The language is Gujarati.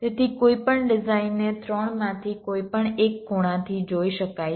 તેથી કોઈપણ ડિઝાઇનને 3 માંથી કોઈપણ એક ખૂણાથી જોઈ શકાય છે